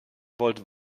wollt